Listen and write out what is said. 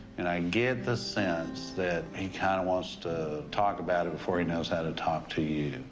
and i get the sense that he kind of wants to talk about it before he knows how to talk to you.